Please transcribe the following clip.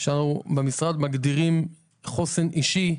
אותם אנחנו מגדירים כחוסן אישי,